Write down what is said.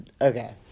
okay